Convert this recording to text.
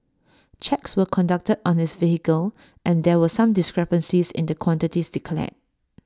checks were conducted on his vehicle and there were some discrepancies in the quantities declared